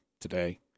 today